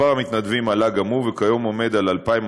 מספר המתנדבים גדל גם הוא, וכיום הוא 2,215,